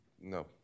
no